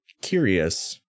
curious